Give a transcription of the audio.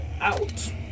Out